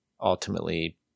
Ultimately